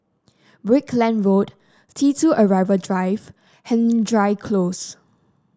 Brickland Road T two Arrival Drive Hendry Close